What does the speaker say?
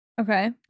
Okay